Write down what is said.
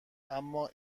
اما